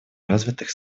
развитых